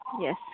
Yes